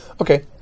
Okay